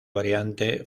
variante